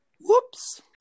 Whoops